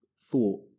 thought